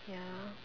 ya